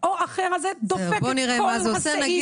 זה דופק את כל הסעיף הזה.